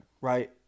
Right